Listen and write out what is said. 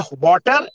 water